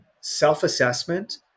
self-assessment